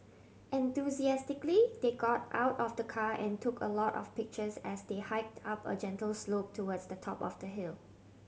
enthusiastically they got out of the car and took a lot of pictures as they hiked up a gentle slope towards the top of the hill